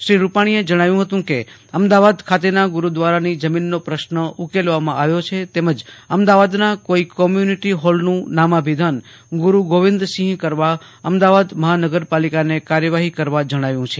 શ્રી રૂપાણીએ જણાવ્યું હતું કે અમદાવાદ ખાતેના ગુરૂદ્વારાની જમીનનો પ્રશ્ન ઉકેલવામાં આવ્યો છે તેમજ અમદાવાદના કોઈ કોમ્યુનિટિ હોલનું નામાભિધાન ગુરૂ ગોવિંદસિંહ કરવા અમદાવાદ મહાનગરપાલિકાને કાર્યવાહી કરવા જણાવ્યું છે